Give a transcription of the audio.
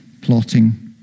plotting